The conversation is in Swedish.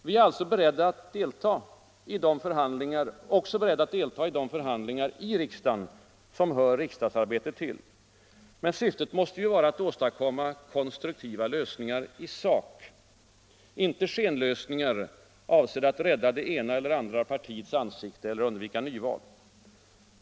Vi moderater är också beredda att delta i de förhandlingar i riksdagen som hör riksdagsarbetet till. Men syftet måste vara att åstadkomma konstruktiva lösningar i sak, inte skenlösningar avsedda att rädda det ena eller andra partiets ansikte eller att undvika nyval.